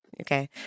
Okay